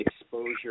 exposure